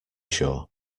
sure